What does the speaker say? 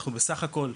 אנחנו סך הכול,